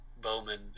Bowman